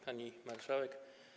Pani Marszałek!